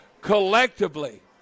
collectively